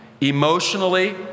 Emotionally